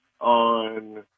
on